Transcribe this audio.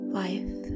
life